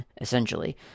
essentially